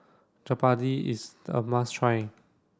Jalebi is the must try